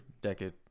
decade